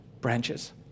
branches